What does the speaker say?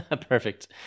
Perfect